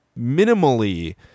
minimally